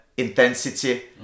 Intensity